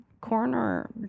corner